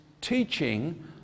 teaching